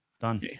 Done